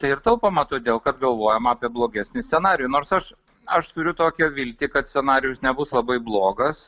tai ir taupoma todėl kad galvojama apie blogesnį scenarijų nors aš aš turiu tokią viltį kad scenarijus nebus labai blogas